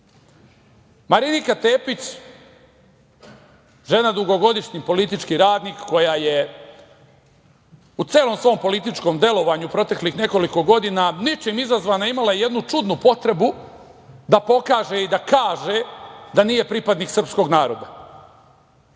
Marinika Tepić, žena dugogodišnji politički radnik, koja je u celom svom političkom delovanju proteklih nekoliko godina, ničim izazvana, imala jednu čudnu potrebu da pokaže i da kaže da nije pripadnik srpskog naroda.